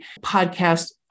podcast